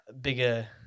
bigger –